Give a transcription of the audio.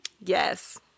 Yes